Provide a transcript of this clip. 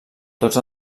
tots